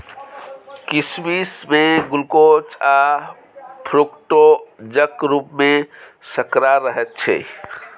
किसमिश मे ग्लुकोज आ फ्रुक्टोजक रुप मे सर्करा रहैत छै